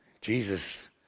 Jesus